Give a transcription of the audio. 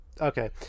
Okay